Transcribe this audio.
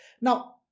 Now